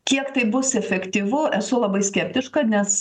kiek tai bus efektyvu esu labai skeptiška nes